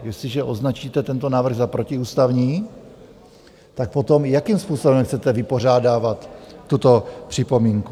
Jestliže označíte tento návrh za protiústavní, tak potom, jakým způsobem chcete vypořádávat tuto připomínku?